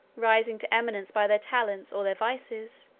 rising to eminence by their talents or their vices,